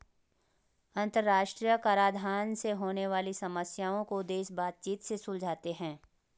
अंतरराष्ट्रीय कराधान से होने वाली समस्याओं को देश बातचीत से सुलझाते हैं